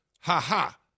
ha-ha